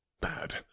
Bad